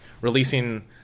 releasing